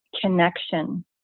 connection